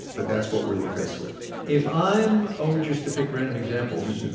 but that's what we were faced with if i'm, oh, just to pick random examples,